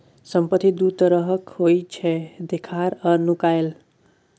संपत्ति दु तरहक होइ छै देखार आ नुकाएल